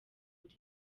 muri